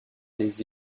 les